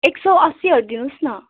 एक सौ असीहरू दिनुहोस् न